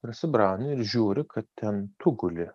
prasibrauni ir žiūri kad ten tu guli